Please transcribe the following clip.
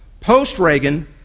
post-Reagan